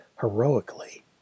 heroically